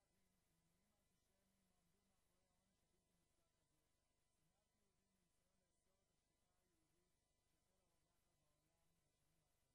מדובר על אדם שבמשך שנים פרנס אלפי משפחות באייווה והביע חרטה על מעשיו,